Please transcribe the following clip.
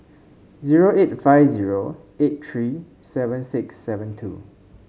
zero eight five zero eight three seven six seven two